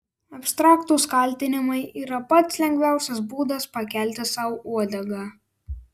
abstraktūs kaltinimai yra pats lengviausias būdas pakelti sau uodegą